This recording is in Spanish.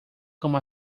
como